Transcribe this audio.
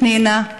פנינה,